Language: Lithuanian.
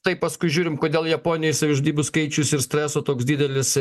tai paskui žiūrim kodėl japonijoj savižudybių skaičius ir streso toks didelis